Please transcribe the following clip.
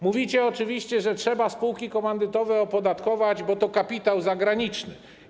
Mówicie oczywiście, że trzeba spółki komandytowe opodatkować, bo to kapitał zagraniczny.